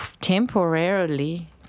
temporarily